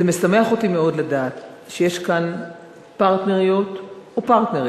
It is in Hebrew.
משמח אותי מאוד לדעת שיש כאן פרטנריות ופרטנרים.